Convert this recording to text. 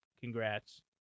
Congrats